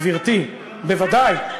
גברתי, בוודאי.